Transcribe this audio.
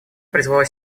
призвала